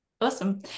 Awesome